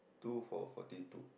two for forty two